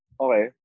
okay